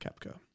Capco